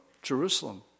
Jerusalem